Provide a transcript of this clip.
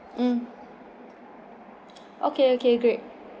mm okay okay great